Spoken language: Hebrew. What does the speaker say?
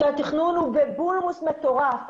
שהתכנון הוא בבולמוס מטורף.